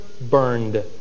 burned